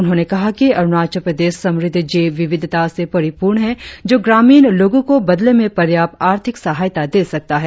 उन्होंने कहा कि अरुणाचल प्रदेश समृद्ध जैव विविधता से परिपूर्ण है जों ग्रामीण लोगों को बदले में पर्याप्त आर्थिक सहायता दे सकता है